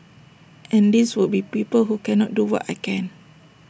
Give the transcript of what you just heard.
and these would be people who cannot do what I can